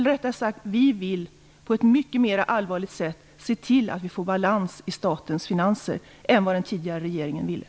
Rättare sagt, vill vi på ett mycket mer allvarligt sätt än den tidigare regeringen se till att få balans i statens finanser.